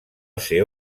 ser